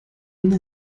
una